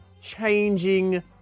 Changing